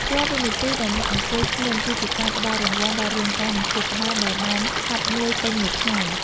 រាល់វិនាទីដែលអ្នកអង្គុយស្ងៀមគឺជាការផ្តល់រង្វាន់ដល់រាងកាយនិងខួរក្បាលដែលបានហត់នឿយពេញមួយថ្ងៃ។